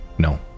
No